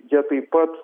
jie taip pat